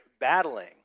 battling